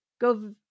Go